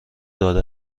داده